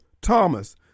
Thomas